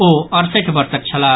ओ अड़सठि बर्षक छलाह